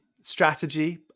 strategy